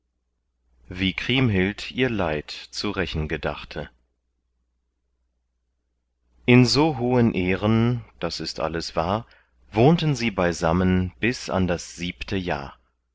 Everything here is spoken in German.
wie kriemhild ihr leid zu rächen gedachte in so hohen ehren das ist alles wahr wohnten sie beisammen bis an das siebte jahr